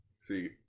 See